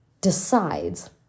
decides